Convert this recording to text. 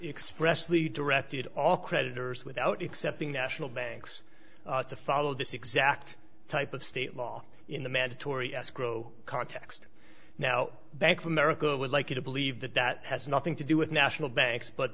expressly directed all creditors without accepting national banks to follow this exact type of state law in the mandatory escrow context now bank of america would like you to believe that that has nothing to do with national banks but